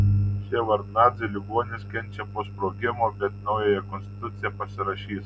ševardnadzė ligonis kenčia po sprogimo bet naująją konstituciją pasirašys